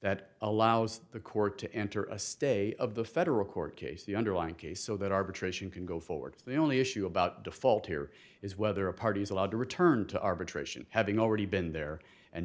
that allows the court to enter a stay of the federal court case the underlying case so that arbitration can go forward the only issue about default here is whether a party is allowed to return to arbitration having already been there and